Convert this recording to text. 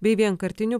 bei vienkartinių